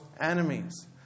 enemies